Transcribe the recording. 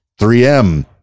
3M